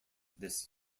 this